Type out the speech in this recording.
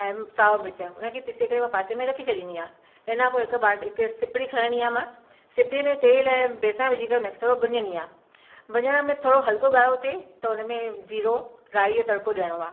ऐं सावा मिर्च हुन खे पीसे करे मां पासे में रखी छॾींदी आहियां हिन खां पोइ हिकु बाट हिकु सिपरी खणंदी आहियां मां सिपरी में तेल ऐं बेसण विझी करे हुन खे थोरो भुञंदी आहियां भुञण में थोरो हल्को ॻाढ़ो थिए त हुन में जीरो राई जो तड़को ॾियणो आहे